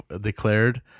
declared